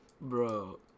Bro